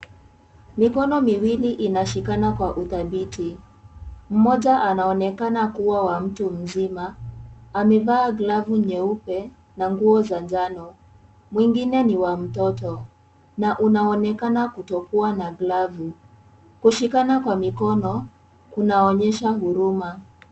Mikono miwili inashikana kwa utabiti, mmoja anaonekana kuwa wa mtu mzima amevaa glavu nyeupe na nguo za njano. Mwingine ni wa mtoto na unaonekana kutokuwa na glavu. Kushikana kwa mikono kunaonyesha huruma.